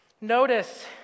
Notice